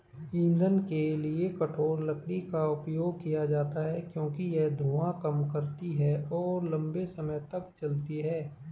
ईंधन के लिए कठोर लकड़ी का उपयोग किया जाता है क्योंकि यह धुआं कम करती है और लंबे समय तक जलती है